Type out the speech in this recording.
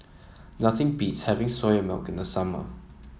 nothing beats having Soya Milk in the summer